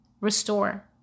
restore